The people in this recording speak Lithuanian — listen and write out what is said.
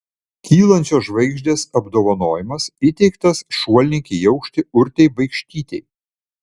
kylančios žvaigždės apdovanojimas įteiktas šuolininkei į aukštį urtei baikštytei